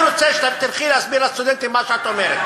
אני רוצה שאת תלכי להסביר לסטודנטים מה שאת אומרת.